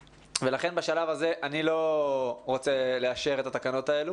לכן, בשלב הזה אני לא רוצה לאשר את התקנות האלה